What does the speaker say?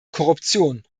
korruption